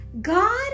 God